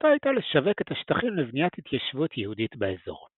ומטרתו הייתה לשווק את השטחים לבניית התיישבות יהודית באזור.